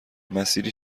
مسیری